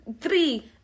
three